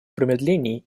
промедлений